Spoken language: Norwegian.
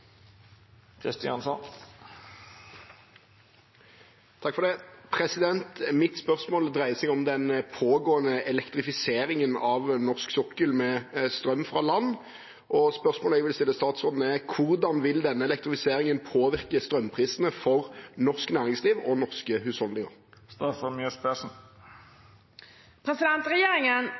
Mitt spørsmål dreier seg om den pågående elektrifiseringen av norsk sokkel med strøm fra land, og spørsmålet jeg vil stille statsråden, er: «Hvordan vil elektrifisering av sokkelen påvirke strømprisene for norsk næringsliv og norske